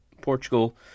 Portugal